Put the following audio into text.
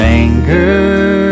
anger